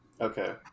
Okay